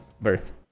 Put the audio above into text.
Birth